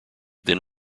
then